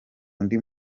undi